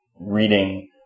reading